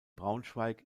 braunschweig